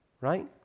Right